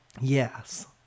Yes